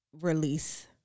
release